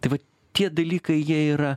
tai vat tie dalykai jie yra